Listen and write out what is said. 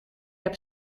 heb